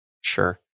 Sure